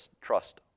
trust